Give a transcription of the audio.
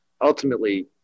ultimately